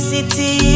City